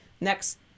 next